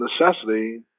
necessity